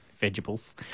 Vegetables